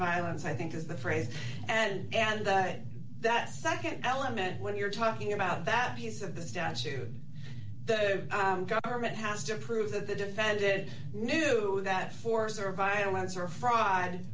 violence i think is the phrase and and that that nd element when you're talking about that he's of the statue the government has to prove that the defended knew that force or violence or fried